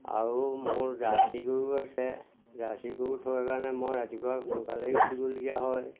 আৰু মোৰ জাৰ্চি গৰু আছে জাৰ্চি গৰু থকাৰ কাৰণে মই ৰাতিপুৱা সোনকালেই উঠিবলগীয়া হয়